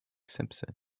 simpson